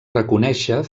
reconèixer